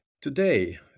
Today